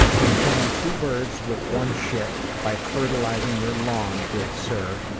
i'm killing two birds with one shit by fertilizing your lawn, good sir.